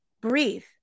breathe